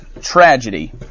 tragedy